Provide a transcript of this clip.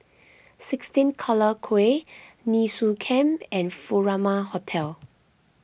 sixteen Collyer Quay Nee Soon Camp and Furama Hotel